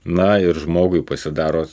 na ir žmogui pasidaro